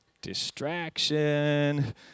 distraction